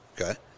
Okay